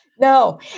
No